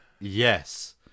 Yes